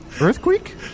Earthquake